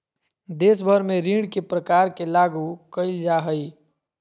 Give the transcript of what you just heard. देश भर में ऋण के प्रकार के लागू क़इल जा हइ